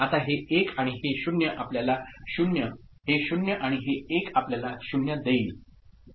आता हे 1 आणि हे 0 आपल्याला 0 हे 0 आणि हे 1 आपल्याला 0 देईल